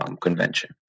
convention